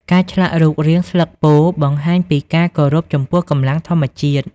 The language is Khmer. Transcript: ការឆ្លាក់រូបរាង ស្លឹកពោធិ៍បង្ហាញពីការគោរពចំពោះកម្លាំងធម្មជាតិ។